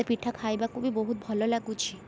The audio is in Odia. ସେ ପିଠା ଖାଇବାକୁ ବି ବହୁତ ଭଲ ଲାଗୁଛି